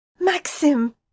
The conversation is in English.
Maxim